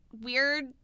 weird